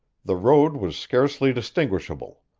the road was scarcely distinguishable,